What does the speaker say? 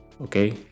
Okay